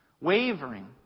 wavering